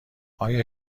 آیا